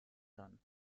kann